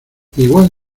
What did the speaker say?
igual